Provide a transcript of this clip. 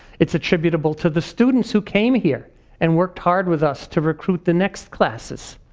it's attributable to the students who came here and worked hard with us to recruit the next classes.